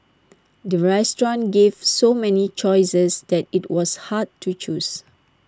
the restaurant gave so many choices that IT was hard to choose